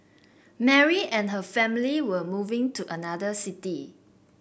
Mary and her family were moving to another city